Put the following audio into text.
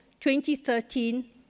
2013